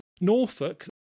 norfolk